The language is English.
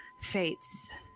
Fates